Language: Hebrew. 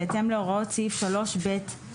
בהתאם להוראות סעיף 3ב(ה),